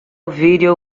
video